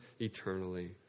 eternally